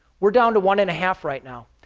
we're down to one and half right now.